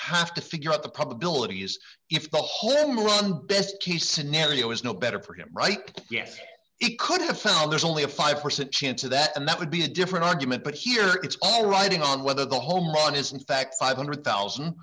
have to figure out the probability is if the home run best case scenario is no better for him right yes it could have found there's only a five percent chance of that and that would be a different argument but here it's all riding on whether the home run is in fact i've one hundred thousand